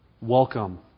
Welcome